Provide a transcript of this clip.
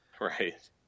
Right